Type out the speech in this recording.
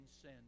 sin